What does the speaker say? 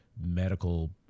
medical